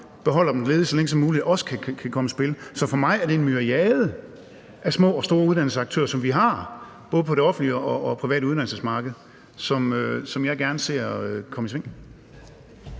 beholder dem ledige så længe som muligt, også kan komme i spil. Så for mig er det en myriade af små og store uddannelsesaktører, som vi har, både på det offentlige og private uddannelsesmarked, og som jeg gerne ser komme i sving.